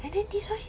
and then this one